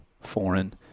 foreign